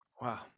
Wow